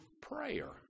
prayer